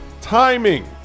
Timing